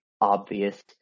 obvious